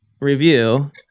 review